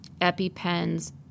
EpiPens